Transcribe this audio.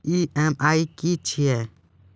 EMI की छिये?